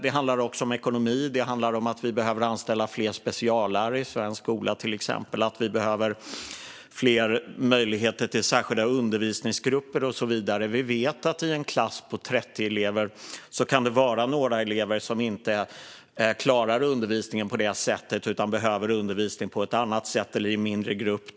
Det handlar också om ekonomi, och det handlar om att vi behöver anställa fler speciallärare i svensk skola liksom att vi behöver fler möjligheter till särskilda undervisningsgrupper och så vidare. Vi vet att i en klass på 30 elever kan det vara några som inte klarar undervisningen på det sättet. De behöver undervisning på ett annat sätt eller i en mindre grupp.